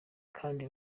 kandi